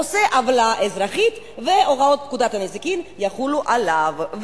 עושה עוולה אזרחית והוראות פקודת הנזיקין יחולו עליו".